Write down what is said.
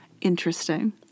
interesting